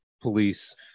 police